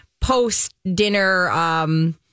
post-dinner